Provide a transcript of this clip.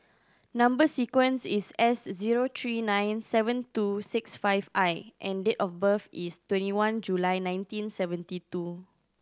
number sequence is S zero three nine seven two six five I and date of birth is twenty one July nineteen seventy two